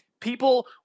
people